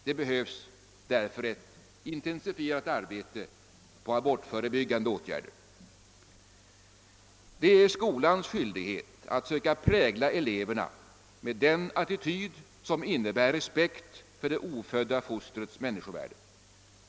Det behövs därför ett intensifierat arbete på abortförebyggande åtgärder. Det är skolans skyldighet att söka prägla eleverna med den attityd som innebär respekt för det ofödda fostrets människovärde.